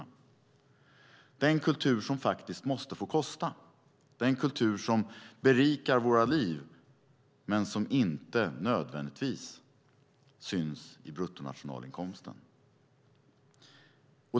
Det handlar om den kultur som faktiskt måste få kosta, den kultur som berikar våra liv men inte nödvändigtvis syns i bruttonationalinkomsten.